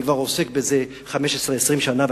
אני עוסק בזה כבר 15, 20 שנה.